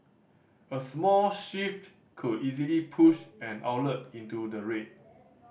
a small shift could easily push an outlet into the red